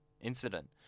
incident